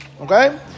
Okay